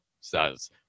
says